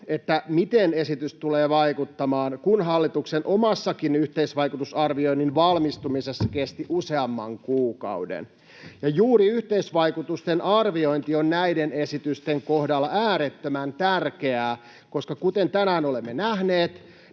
miten esitys tulee vaikuttamaan, kun hallituksen omassakin yhteisvaikutusarvioinnin valmistumisessa kesti useamman kuukauden. Ja juuri yhteisvaikutusten arviointi on näiden esitysten kohdalla äärettömän tärkeää, koska kuten tänään olemme nähneet,